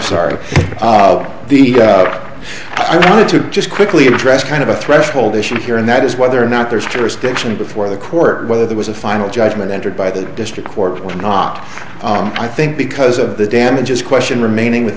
sorry i wanted to just quickly address kind of a threshold issue here and that is whether or not there's jurisdiction before the court whether there was a final judgment entered by the district court or not i think because of the damages question remaining with